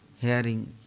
hearing